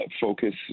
focus